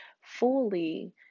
fully